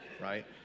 right